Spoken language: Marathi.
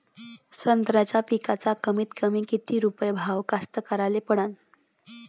संत्र्याचा पिकाचा कमीतकमी किती रुपये भाव कास्तकाराइले परवडन?